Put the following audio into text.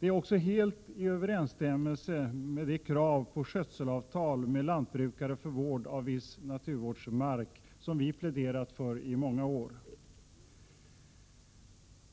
De är också helt i överensstämmelse med det krav på skötselavtal med lantbrukare för vård av viss naturvårdsmark som vi pläderat för i många år.